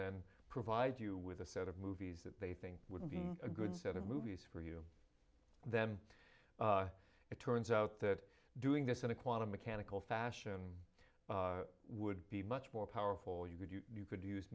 then provide you with a set of movies that they think would be a good set of movies for you then it turns out that doing this in a quantum mechanical fashion would be much more powerful you could you could use